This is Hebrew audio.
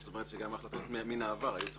זאת אומרת שגם החלטות מן העבר היו צריכות